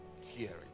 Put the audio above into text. hearing